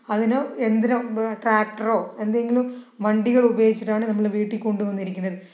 അതിന് യന്ദ്രം ട്രാക്ടറോ എന്തെങ്കിലും വണ്ടികള് ഉപയോഗിച്ചിട്ടാണ് നമ്മൾ വീട്ടിൽ കൊണ്ടുവന്നിരിക്കുന്നത്